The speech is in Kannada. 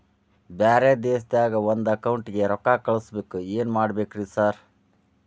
ಬ್ಯಾರೆ ದೇಶದಾಗ ಒಂದ್ ಅಕೌಂಟ್ ಗೆ ರೊಕ್ಕಾ ಕಳ್ಸ್ ಬೇಕು ಏನ್ ಮಾಡ್ಬೇಕ್ರಿ ಸರ್?